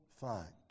fact